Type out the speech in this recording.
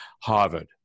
Harvard